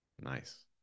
nice